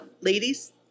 Ladies